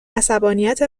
عصبانیت